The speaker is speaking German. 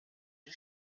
die